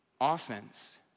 offense